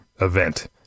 event